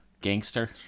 gangster